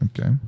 Okay